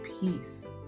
peace